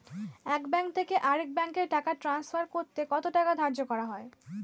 এক ব্যাংক থেকে আরেক ব্যাংকে টাকা টান্সফার করতে কত টাকা ধার্য করা হয়?